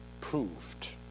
proved